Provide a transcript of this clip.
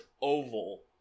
oval